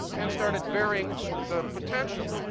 and started varying the potential.